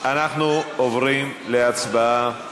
אנחנו עוברים להצבעה.